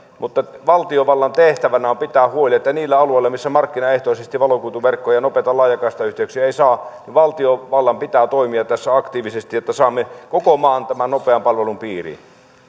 mutta valtiovallan tehtävänä on pitää huoli että niillä alueilla missä valokuituverkkoja ja nopeita laajakaistayhteyksiä ei saa markkinaehtoisesti valtiovallan pitää toimia tässä aktiivisesti että saamme koko maan tämän nopean palvelun piiriin